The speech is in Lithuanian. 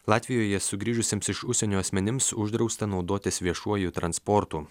latvijoje sugrįžusiems iš užsienio asmenims uždrausta naudotis viešuoju transportu